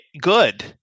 good